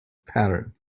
pattern